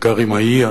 בעיקר עם האי,